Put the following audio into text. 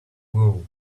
wool